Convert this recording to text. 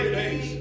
days